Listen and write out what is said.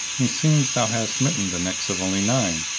meseems thou hast smitten the necks of only nine,